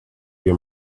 your